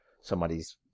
Somebody's